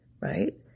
Right